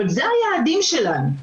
אבל אלו היעדים שלנו.